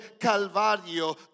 Calvario